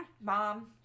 Mom